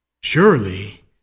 Surely